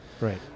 Right